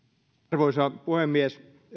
arvoisa puhemies